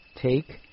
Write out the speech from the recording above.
take